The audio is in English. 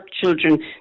children